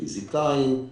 פיסיקאים,